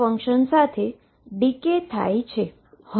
function સાથે decay થાય છે